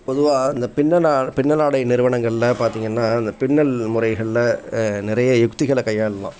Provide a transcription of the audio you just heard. பொதுவாக இந்த பின்னலா பின்னலாடை நிறுவனங்களில் பார்த்திங்கன்னா அந்த பின்னல் முறைகளில் நிறைய யுக்திகளை கையாளலாம்